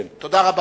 תודה רבה.